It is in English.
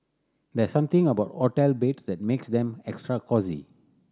there's something about hotel beds that makes them extra cosy